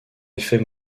effet